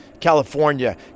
California